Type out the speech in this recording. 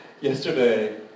yesterday